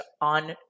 on